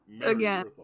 Again